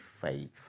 faith